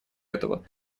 этого